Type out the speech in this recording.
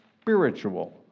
spiritual